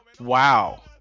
Wow